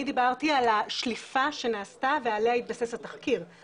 אני דיברתי על השליפה שנעשתה ועליה התבסס התחקיר,